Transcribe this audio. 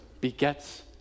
begets